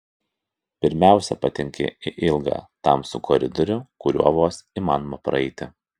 pirmiausia patenki į ilgą tamsų koridorių kuriuo vos įmanoma praeiti